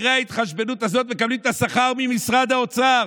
אחרי ההתחשבנות הזאת מקבלים את השכר ממשרד האוצר.